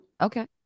okay